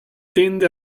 tende